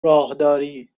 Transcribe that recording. راهداری